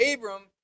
Abram